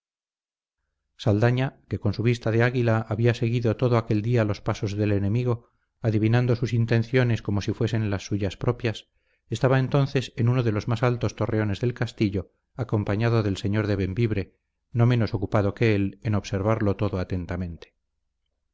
saldaña que con su vista de águila había seguido todo aquel día los pasos del enemigo adivinando sus intenciones como si fuesen las suyas propias estaba entonces en uno de los más altos torreones del castillo acompañado del señor de bembibre no menos ocupado que él en observarlo todo atentamente